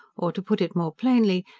or, to put it more plainly,